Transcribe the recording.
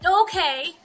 Okay